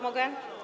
Mogę?